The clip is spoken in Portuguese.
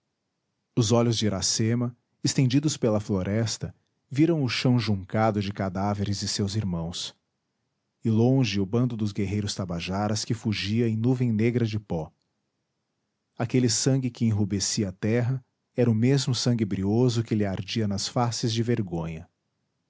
os olhos de iracema estendidos pela floresta viram o chão juncado de cadáveres de seus irmãos e longe o bando dos guerreiros tabajaras que fugia em nuvem negra de pó aquele sangue que enrubescia a terra era o mesmo sangue brioso que lhe ardia nas faces de vergonha